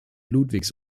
ludwigs